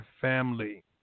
Family